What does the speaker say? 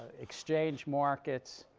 exchange markets.